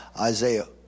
Isaiah